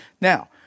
Now